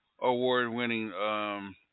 award-winning